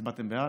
הצבעתם בעד,